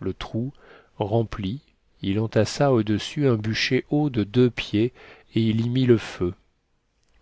le trou rempli il entassa au-dessus du bûcher haut de deux pieds et il y mit le feu